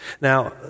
Now